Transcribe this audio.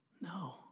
No